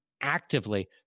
actively